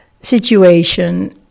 situation